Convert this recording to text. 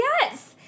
yes